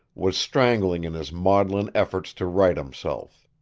was strangling in his maudlin efforts to right himself.